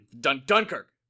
Dunkirk